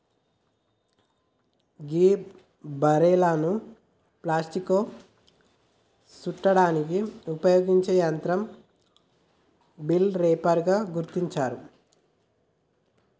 గీ బలేర్లను ప్లాస్టిక్లో సుట్టడానికి ఉపయోగించే యంత్రం బెల్ రేపర్ గా గుర్తించారు